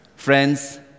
Friends